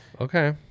okay